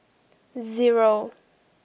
zero